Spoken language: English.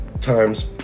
times